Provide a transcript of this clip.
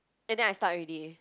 and then I start already